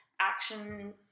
action